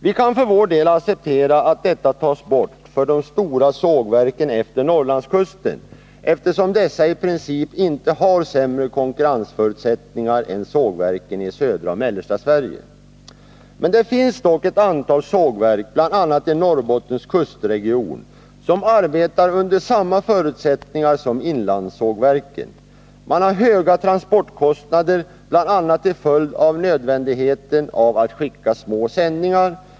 Vi kan för vår del acceptera att detta tas bort för de stora sågverken utefter Norrlandskusten, eftersom dessa i princip inte har sämre konkurrensförutsättningar än sågverken i södra och mellersta Sverige. Det finns dock ett antal sågverk, bl.a. i Norrbottens kustregion, som arbetar under samma förutsättningar som inlandssågverken. De har höga transportkostnader, bl.a. till följd av nödvändigheten att skicka små sändningar.